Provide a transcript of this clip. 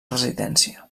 residència